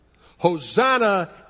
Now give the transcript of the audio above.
Hosanna